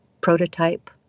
prototype